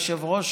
היושב-ראש,